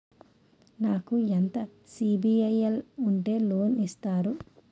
నాకు ఎంత సిబిఐఎల్ ఉంటే లోన్ ఇస్తారు?